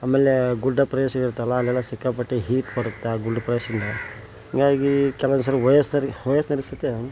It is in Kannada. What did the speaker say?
ಆಮೇಲೆ ಗುಡ್ಡ ಪ್ರದೇಶ ಅವು ಇರ್ತಾವಲ್ಲ ಅಲ್ಲೆಲ್ಲ ಸಿಕ್ಕಾಪಟ್ಟೆ ಹೀಟ್ ಬರುತ್ತೆ ಆ ಗುಡ್ಡ ಪ್ರದೇಶದಿಂದ ಹೀಗಾಗಿ ಕೆಲವೊಂದ್ಸಲ ವಯಸ್ಸ ವಯಸ್ಕರಿಗೆ ಸುತ್ತ